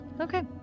Okay